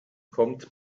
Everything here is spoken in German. kommt